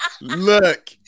look